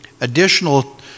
Additional